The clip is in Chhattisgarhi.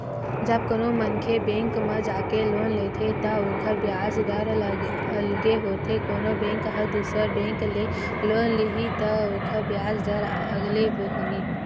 जब कोनो मनखे बेंक म जाके लोन लेथे त ओखर बियाज दर अलगे होथे कोनो बेंक ह दुसर बेंक ले लोन लिही त ओखर बियाज दर अलगे होही